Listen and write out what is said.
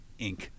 Inc